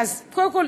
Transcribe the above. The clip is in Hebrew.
קודם כול,